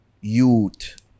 youth